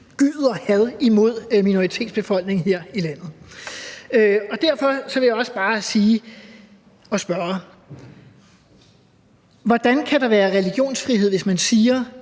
udspyr had mod en minoritetsbefolkning her i landet. Derfor vil jeg også bare spørge: Hvordan kan der være religionsfrihed, hvis man siger,